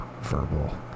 verbal